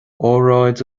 óráid